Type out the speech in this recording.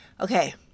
okay